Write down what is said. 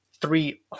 three